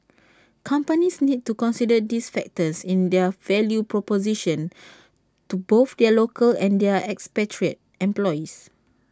companies need to consider these factors in their value proposition to both their local and their expatriate employees